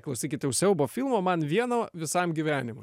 klausykit jau siaubo filmo man vieno visam gyvenimui